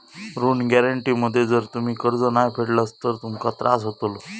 ऋण गॅरेंटी मध्ये जर तुम्ही कर्ज नाय फेडलास तर तुमका त्रास होतलो